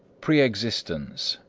pre-existence,